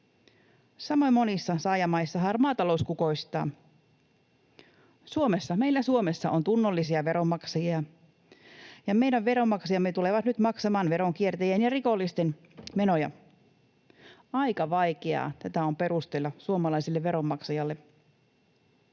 Samoin monissa saajamaissa harmaa talous kukoistaa. Meillä Suomessa on tunnollisia veronmaksajia, ja meidän veronmaksajamme tulevat nyt maksamaan veronkiertäjien ja rikollisten menoja. Aika vaikeaa tätä on perustella suomalaiselle veronmaksajalle.